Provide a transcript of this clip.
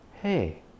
Hey